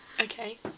Okay